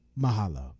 mahalo